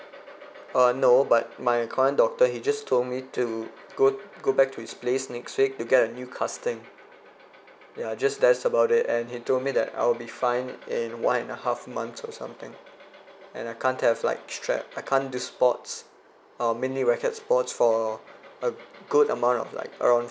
uh no but my current doctor he just told me to go go back to his place next week to get a new casting ya just that's about it and he told me that I'll be fine in one and a half months or something and I can't have like strap I can't do sports uh mainly racket sports for a good amount of like around